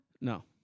No